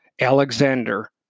Alexander